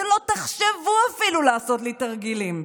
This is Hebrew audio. שלא תחשבו אפילו לעשות לי תרגילים.